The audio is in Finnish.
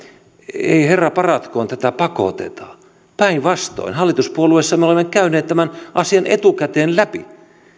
ei herra paratkoon tätä pakoteta päinvastoin hallituspuolueessa me olemme käyneet tämän asian etukäteen läpi